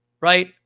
right